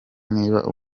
niba